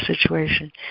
situation